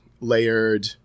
layered